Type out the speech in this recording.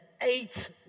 Eight